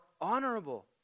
honorable